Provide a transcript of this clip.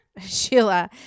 Sheila